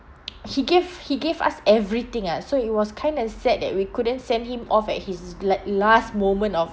he gave he gave us everything ah so it was kind of sad that we couldn't send him off at his like last moment of